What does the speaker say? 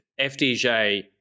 FDJ